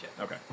Okay